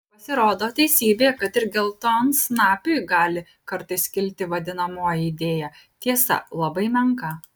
pasirodo teisybė kad ir geltonsnapiui gali kartais kilti vadinamoji idėja tiesa labai menka